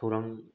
खौरां